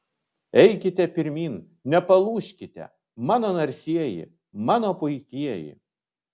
eikite pirmyn nepalūžkite mano narsieji mano puikieji